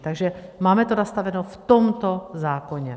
Takže máme to nastaveno v tomto zákoně.